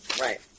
Right